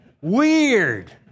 weird